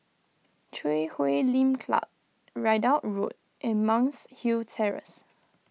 Chui Huay Lim Club Ridout Road and Monk's Hill Terrace